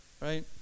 Right